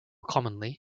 commonly